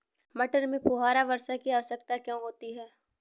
मटर में फुहारा वर्षा की आवश्यकता क्यो है?